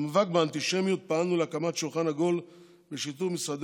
במאבק באנטישמיות פעלנו להקמת שולחן עגול בשיתוף משרדי